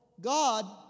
God